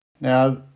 Now